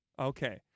Okay